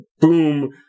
boom